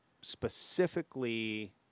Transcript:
specifically